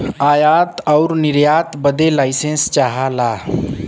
आयात आउर निर्यात बदे लाइसेंस चाहला